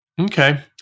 Okay